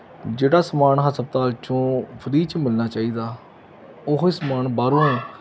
ਜਿਹੜਾ ਸਮਾਨ ਹਸਪਤਾਲ 'ਚੋਂ ਫਰੀ 'ਚ ਮਿਲਣਾ ਚਾਹੀਦਾ ਉਹ ਹੀ ਸਮਾਨ ਬਾਹਰੋਂ